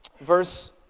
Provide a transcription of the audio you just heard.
verse